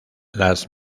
las